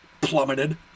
plummeted